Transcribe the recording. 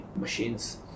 machines